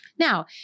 Now